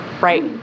Right